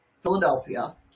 Philadelphia